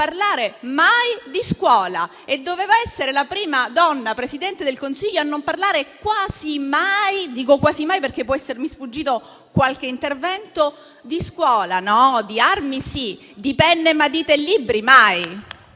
non parlare mai di scuola. Doveva essere la prima donna Presidente del Consiglio a non parlare quasi mai di scuola, e dico quasi mai perché può essermi sfuggito qualche intervento. Di armi sì, ma di penne, matite e libri mai,